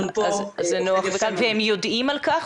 הם יודעים על כך?